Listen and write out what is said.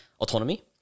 autonomy